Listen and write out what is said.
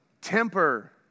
temper